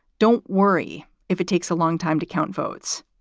don't worry if it takes a long time to count votes,